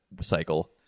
cycle